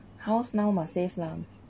house now must save lah